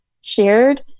shared